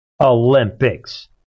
Olympics